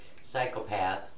Psychopath